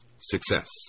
success